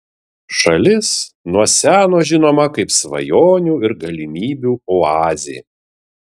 šalis nuo seno žinoma kaip svajonių ir galimybių oazė